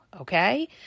Okay